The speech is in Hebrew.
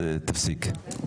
אז תפסיק.